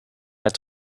het